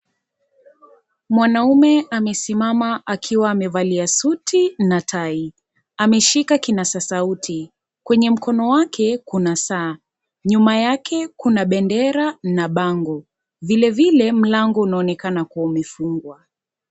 Mwanaume amesimama akiwa amevalia suti na tai, ameshika kinasa sauti kwenye mkono wake kuna saa, nyuma yake kuna bendera na bango, vilevile mlango unaonekana kuwa umefungwa.